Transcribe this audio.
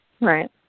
Right